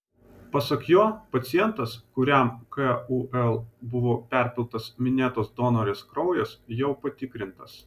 pasak jo pacientas kuriam kul buvo perpiltas minėtos donorės kraujas jau patikrintas